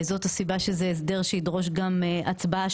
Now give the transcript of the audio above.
זאת הסיבה שזה הסדר שידרוש גם הצבעה